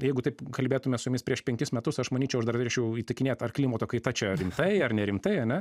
jeigu taip kalbėtume su jumis prieš penkis metus aš manyčiau aš dar drįsčiau įtikinėt ar klimato kaita čia rimtai ar nerimtai ane